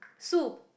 soup